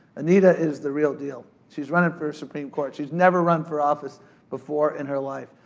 anita is the real deal, she's runnin' for supreme court. she's never run for office before in her life.